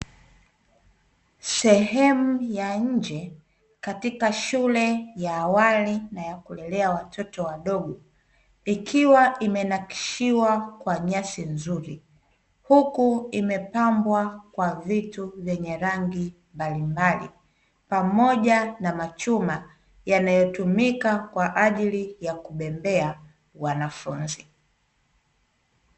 Sehemu ya nje katika shule ya awali na ya kulelea watoto wadogo, ikiwa imenakshiwa kwa nyasi nzuri. Huku imepambwa kwa vitu vyenye rangi mbalimbali pamoja na machuma yanayotumika kwa ajili ya kubembea wanafunzi.